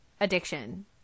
addiction